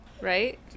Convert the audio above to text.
right